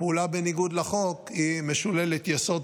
"פעולה בניגוד לחוק" היא משוללת יסוד,